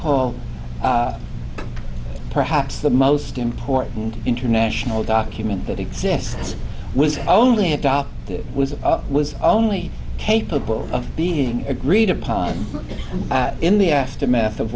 call perhaps the most important international document that exists was only a dot that was it was only capable of being agreed upon in the aftermath of